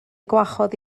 gwahodd